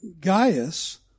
Gaius